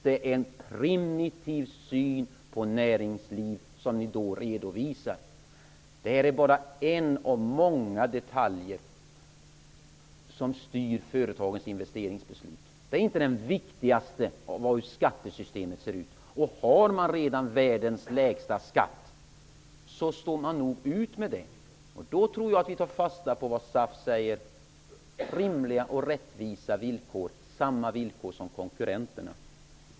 Det är en primitiv syn på näringslivet som ni då redovisar. Detta är bara en av många detaljer som styr företagens investeringsbeslut. Hur skattesystemet ser ut är inte den viktigaste. Har man redan världens lägsta skatt står man nog ut med den. Då tror jag att vi tar fasta på vad de säger i SAF, nämligen att de vill ha rimliga och rättvisa villkor, samma villkor som konkurrenterna.